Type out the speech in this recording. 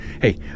Hey